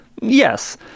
Yes